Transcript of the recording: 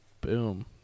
Boom